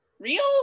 real